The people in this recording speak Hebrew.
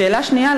שאלה שנייה,